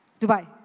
Dubai